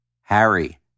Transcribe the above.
Harry